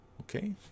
Okay